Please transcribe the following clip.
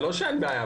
זה לא שאין בעיה,